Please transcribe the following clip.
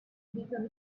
become